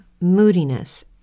Moodiness